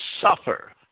suffer